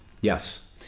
Yes